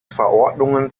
verordnungen